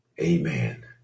Amen